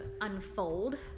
unfold